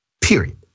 period